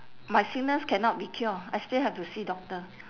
my sickness cannot be cure I still have to see doctor